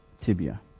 tibia